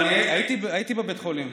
הייתי בבית החולים.